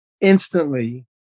instantly